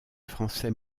français